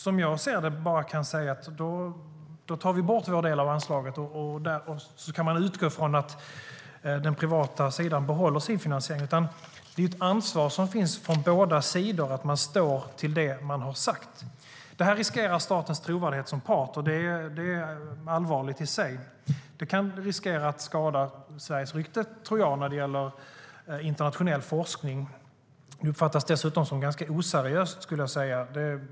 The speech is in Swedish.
Som jag ser det kan staten inte ensidigt ta bort anslaget och sedan utgå från att den privata sidan behåller sin finansiering. Båda sidor har ett ansvar att stå för det man har sagt. Det uppfattas dessutom som ganska oseriöst.